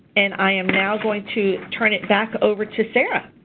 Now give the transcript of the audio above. and i am now going to turn it back over to sarah.